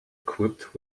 equipped